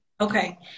Okay